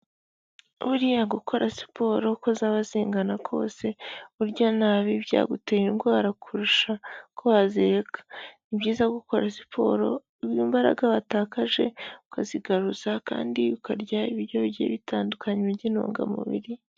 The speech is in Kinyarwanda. Buriya gukora siporo uko zaba zingana kose urya nabi byagutera indwara kurusha ko wazireka, ni byiza gukora siporo imbaraga watakaje ukazigaruza kandi ukarya ibiryo bigiye bitandukanye by'intungamubiri.